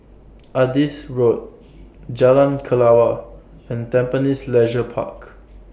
Adis Road Jalan Kelawar and Tampines Leisure Park